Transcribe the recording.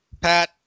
Pat